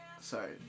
sorry